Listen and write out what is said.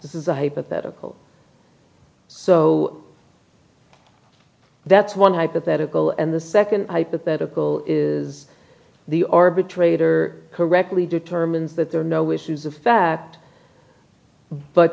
this is a hypothetical so that's one hypothetical and the second hypothetical is the arbitrator correctly determines that there are no issues of fact but